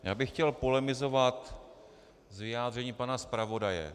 Já bych chtěl polemizovat s vyjádřením pana zpravodaje.